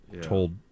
told